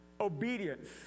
Obedience